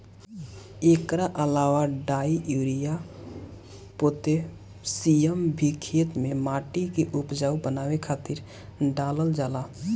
एकरा अलावा डाई, यूरिया, पोतेशियम भी खेते में माटी के उपजाऊ बनावे खातिर डालल जाला